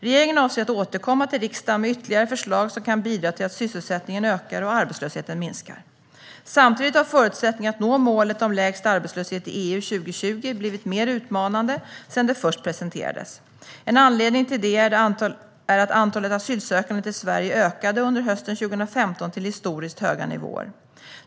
Regeringen avser att återkomma till riksdagen med ytterligare förslag som kan bidra till att sysselsättningen ökar och arbetslösheten minskar. Samtidigt har förutsättningarna att nå målet om lägst arbetslöshet i EU 2020 blivit mer utmanande sedan det först presenterades. En anledning till det är att antalet asylsökande till Sverige ökade under hösten 2015 till historiskt höga nivåer.